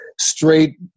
straight